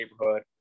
neighborhood